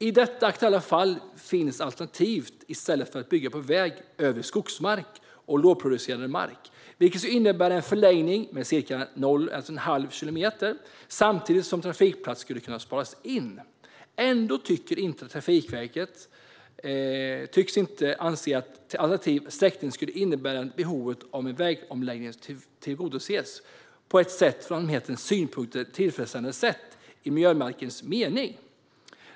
I detta aktuella fall finns alternativ att i stället bygga väg över skogsmark och lågproducerande mark. Det skulle innebära en förlängning med cirka en halv kilometer samtidigt som trafikplats skulle kunna sparas in. Ändå tycks inte Trafikverket anse att en alternativ sträckning skulle innebära att behovet om vägomläggning tillgodoses på ett sätt som från allmänhetens synpunkt är tillfredsställande i miljöbalkens mening.